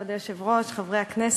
כבוד היושב-ראש, תודה, חברי הכנסת,